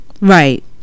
right